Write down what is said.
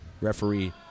Referee